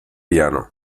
piano